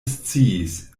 sciis